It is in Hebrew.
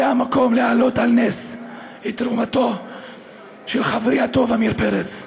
זה המקום להעלות על נס את תרומתו של חברי הטוב עמיר פרץ,